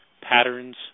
patterns